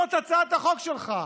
זאת הצעת החוק שלך.